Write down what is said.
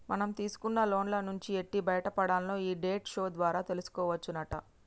మనం తీసుకున్న లోన్ల నుంచి ఎట్టి బయటపడాల్నో ఈ డెట్ షో ద్వారా తెలుసుకోవచ్చునట